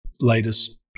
latest